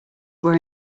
were